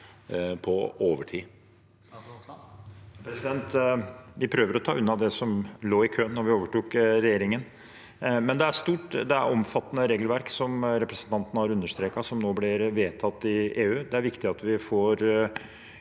Vi prøver å ta unna det som lå i køen da vi overtok regjeringen, men det er et stort og omfattende regelverk, som representanten har understreket, som nå blir vedtatt i EU. Det er viktig at vi får